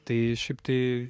tai šiaip tai